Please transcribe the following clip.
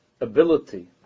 ability